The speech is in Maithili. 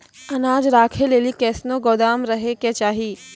अनाज राखै लेली कैसनौ गोदाम रहै के चाही?